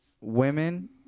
women